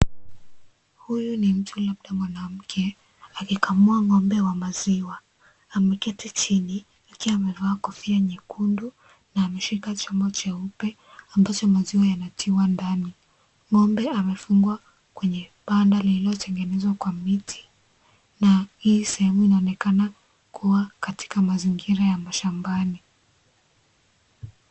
Huyu ni mtu labda mwamamke akikamua ng'ombe wa maziwa. Amiketi chini akiwa amevaa kofia nyekundu na ameshika chuma jeupa ambacho maziwa yanatiwa ndani. Ng'ombe amefungua kwenye panda lililotengenezwa kwa miti. Na hii sehemu imeonekana kuwa katika mazingira ya mashambani.